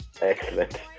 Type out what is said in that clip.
Excellent